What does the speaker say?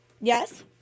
Yes